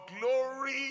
glory